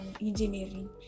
engineering